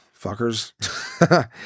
fuckers